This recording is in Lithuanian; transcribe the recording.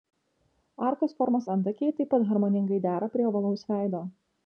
arkos formos antakiai taip pat harmoningai dera prie ovalaus veido